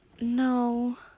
No